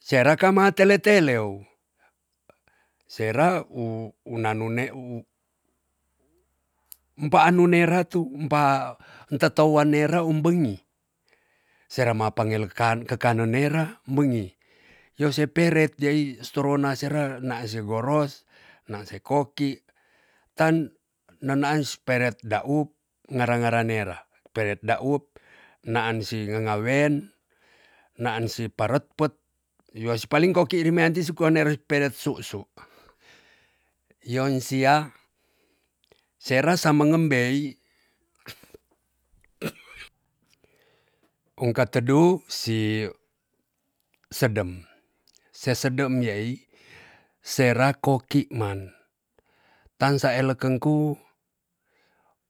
Sera kama tele tele u sera u una nu neu umpanu nera tu umpa nteto wanera um bengi sera ma panelek kan kekane nera um bengi yo seperet yai sitorona sera naase goros nanse koki tan nenaan seperet daup ngara ngara nera peret daup naan si ngenga wen naan si paret pet yoa si paling koki rimean ti si koa nera si peret susu yon sia sera sa mengembei ung katedu si sedem sesedem iyai sera koki man tansa elek kengku